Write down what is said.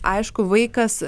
aišku vaikas